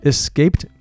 Escaped